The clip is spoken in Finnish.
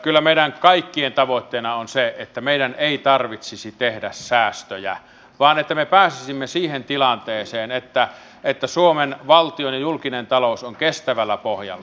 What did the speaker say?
kyllä meidän kaikkien tavoitteena on se että meidän ei tarvitsisi tehdä säästöjä vaan että me pääsisimme siihen tilanteeseen että suomen valtion ja julkinen talous on kestävällä pohjalla